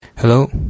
Hello